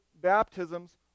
baptisms